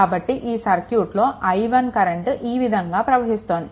కాబట్టి ఈ సర్క్యూట్లో i1 కరెంట్ ఈ విధంగా ప్రవహిస్తోంది